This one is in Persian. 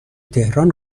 تهران